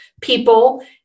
people